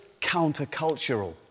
countercultural